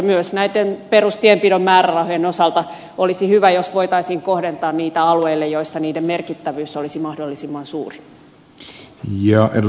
myös näitten perustienpidon määrärahojen osalta olisi hyvä jos voitaisiin kohdentaa niitä alueille joilla niiden merkittävyys olisi mahdollisimman suuri